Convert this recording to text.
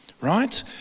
right